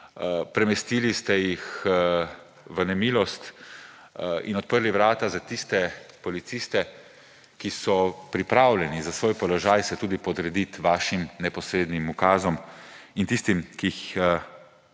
Premestili ste jih v nemilost in odprli vrata za tiste policiste, ki so se pripravljeni za svoj položaj tudi podrediti vašim neposrednim ukazom in tistim, ki jih